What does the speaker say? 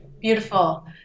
beautiful